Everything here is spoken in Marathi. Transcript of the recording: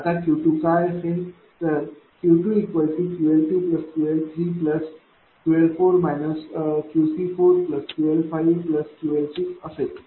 आता Q2काय असेल तर Q2QL2QL3QL4 QC4QL5QL6 असेल